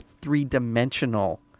three-dimensional